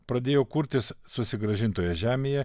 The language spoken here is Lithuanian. pradėjo kurtis susigrąžintoje žemėje